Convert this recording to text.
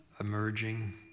emerging